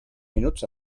minuts